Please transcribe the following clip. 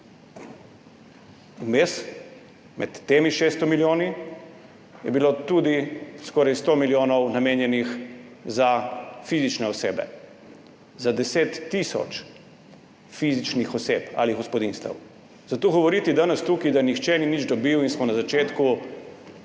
Vmes, med temi 600 milijoni je bilo tudi skoraj 100 milijonov namenjenih za fizične osebe, za 10 tisoč fizičnih oseb ali gospodinjstev. Zato govoriti danes tukaj, da nihče ni nič dobil in smo na začetku